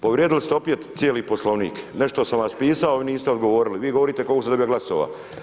Povrijedili ste opet cijeli poslovnik, nešto sam vas pisao, niste odgovorili, vi govorite koliko sam dobio glasova.